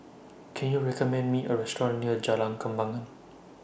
Can YOU recommend Me A Restaurant near Jalan Kembangan